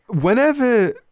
whenever